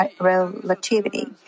relativity